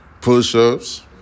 push-ups